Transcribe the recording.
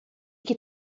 que